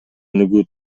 өнүгүү